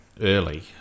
early